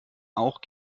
auch